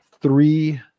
three